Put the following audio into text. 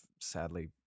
sadly